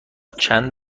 چند